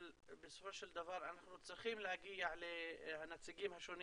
בסופו של דבר אנחנו צריכים להגיע לנציגים השונים